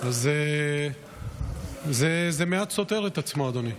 זה מעט סותר את עצמו, אדוני.